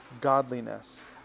godliness